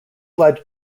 led